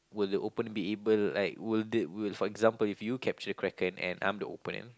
would the opponent be able like will the will for example if you capture Kraken and I'm the opponent